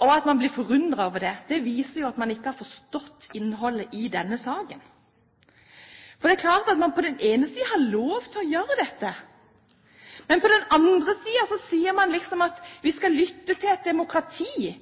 og blir forundret over det. Det viser at man ikke har forstått innholdet i denne saken. Det er klart at man på den ene siden har lov til å gjøre dette, men på den andre siden sier man at man skal lytte til demokratiet,